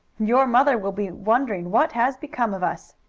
your mother will be wondering what has become of us.